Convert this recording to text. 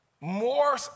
more